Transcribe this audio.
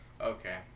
Okay